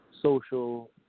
social